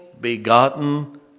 begotten